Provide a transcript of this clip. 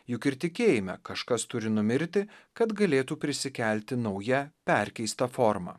juk ir tikėjime kažkas turi numirti kad galėtų prisikelti nauja perkeista forma